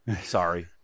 Sorry